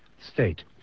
state